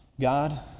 God